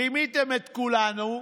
רימיתם את כולנו,